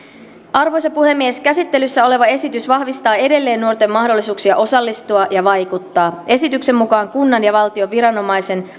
arvoisa puhemies käsittelyssä oleva esitys vahvistaa edelleen nuorten mahdollisuuksia osallistua ja vaikuttaa esityksen mukaan kunnan ja valtion viranomaisen